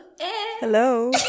hello